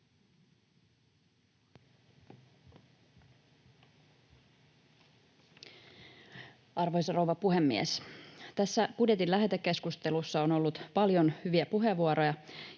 Arvoisa rouva puhemies! Tässä budjetin lähetekeskustelussa on ollut paljon hyviä puheenvuoroja,